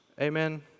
amen